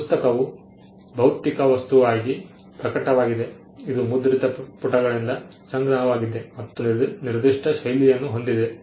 ಪುಸ್ತಕವು ಭೌತಿಕ ವಸ್ತುವಾಗಿ ಪ್ರಕಟವಾಗಿದೆ ಇದು ಮುದ್ರಿತ ಪುಟಗಳಿಂದ ಸಂಗ್ರಹವಾಗಿದೆ ಮತ್ತು ಅದು ನಿರ್ದಿಷ್ಟ ಶೈಲಿಯನ್ನು ಹೊಂದಿದೆ